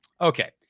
Okay